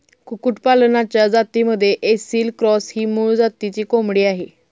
कुक्कुटपालनाच्या जातींमध्ये ऐसिल क्रॉस ही मूळ जातीची कोंबडी आहे